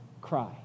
cry